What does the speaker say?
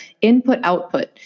input-output